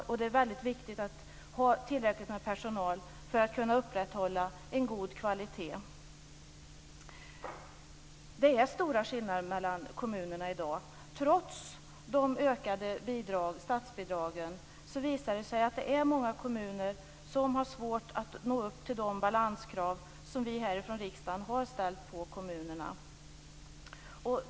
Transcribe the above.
Det är väldigt viktigt att ha tillräckligt med personal för att kunna upprätthålla en god kvalitet. Det är stora skillnader mellan kommunerna i dag. Trots de ökade statsbidragen visar det sig att många kommuner har svårt att nå upp till de balanskrav som vi härifrån riksdagen har ställt på kommunerna.